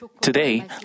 Today